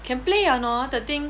can play or not the thing